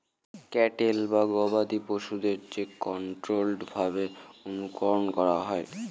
cattle বা গবাদি পশুদের যে কন্ট্রোল্ড ভাবে অনুকরন করা হয়